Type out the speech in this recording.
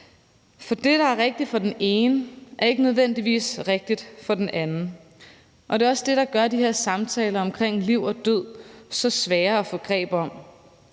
For det, der er rigtigt for den ene, er ikke nødvendigvis rigtigt for den anden, og det er også det, der gør, at de her samtaler omkring liv og død er så svære at få greb om.